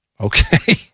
okay